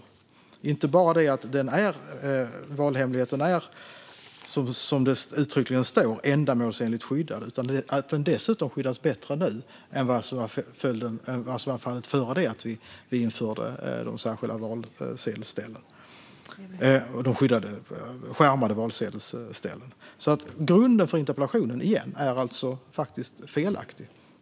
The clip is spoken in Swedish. Det är inte bara så att valhemligheten är, som det uttryckligen står, ändamålsenligt skyddad, utan den skyddas dessutom bättre nu än vad som var fallet innan vi införde de avskärmade valsedelsställen. Grunden för interpellationen är alltså - än en gång - felaktig.